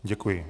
Děkuji.